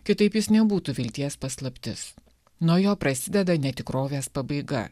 kitaip jis nebūtų vilties paslaptis nuo jo prasideda netikrovės pabaiga